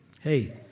hey